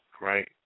right